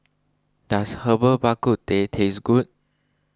does Herbal Bak Ku Teh taste good